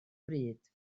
bryd